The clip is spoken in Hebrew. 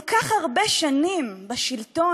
כל כך הרבה שנים בשלטון,